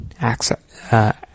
access